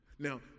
Now